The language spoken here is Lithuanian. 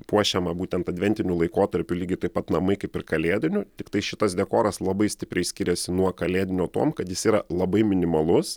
puošiama būtent adventiniu laikotarpiu lygiai taip pat namai kaip ir kalėdiniu tiktai šitas dekoras labai stipriai skiriasi nuo kalėdinio tuom kad jis yra labai minimalus